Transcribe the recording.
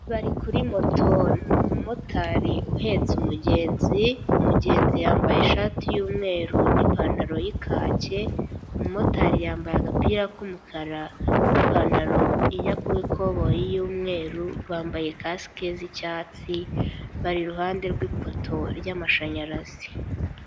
Bari kuri moto ni umumotari uhetse umugenzi, umugenzi yambaye ishati y'umweru n'ipantaro y'ikake, umumotari yambaye agapira k'umukara n'ipantaro ijya kuba ikoboyi y'umweru, bambaye kasike z'icyatsi bari iruhande rw'ipoto ry'amashanyarazi.